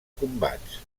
combats